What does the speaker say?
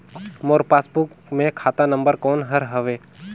मोर passbook मे खाता number कोन हर हवे?